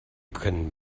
können